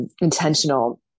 intentional